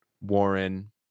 Warren